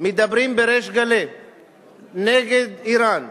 מדברים בריש גלי נגד אירן,